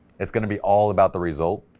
it's gonna be all about the result,